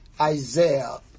Isaiah